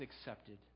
accepted